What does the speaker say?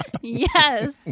Yes